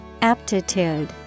Aptitude